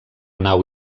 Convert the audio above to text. nau